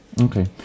Okay